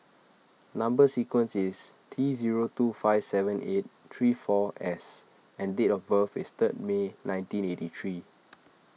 Number Sequence is T zero two five seven eight three four S and date of birth is third May nineteen eighty three